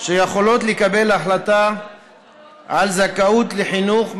שיכולות לקבל החלטה על זכאות לחינוך מיוחד,